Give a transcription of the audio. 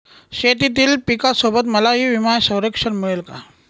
शेतीतील पिकासोबत मलाही विमा संरक्षण मिळेल का?